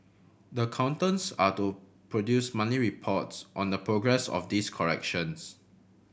the accountants are to produce monthly reports on the progress of these corrections